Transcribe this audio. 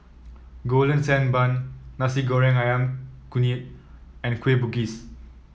Golden Sand Bun Nasi Goreng ayam Kunyit and Kueh Bugis